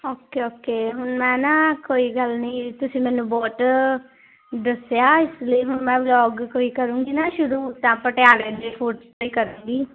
okay okay ਹੁਣ ਮੈਂ ਨਾ ਕੋਈ ਗੱਲ ਨਹੀਂ ਤੁਸੀਂ ਮੈਨੂੰ ਬਹੁਤ ਦੱਸਿਆ ਇਸ ਲਈ ਹੁਣ ਮੈਂ ਵਲੋਗ ਕੋਈ ਕਰੂੰਗੀ ਨਾ ਸ਼ੁਰੂ ਤਾਂ ਪਟਿਆਲੇ ਦੇ ਫੂਡਸ ਤੋਂ ਹੀ ਕਰੂੰਗੀ